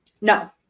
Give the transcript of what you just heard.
no